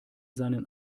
seinen